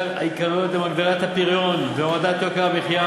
העיקריות הן הגדלת הפריון והורדת יוקר המחיה